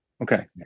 okay